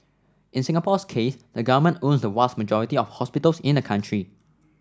in Singapore's case the government owns the vast majority of hospitals in the country